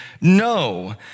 no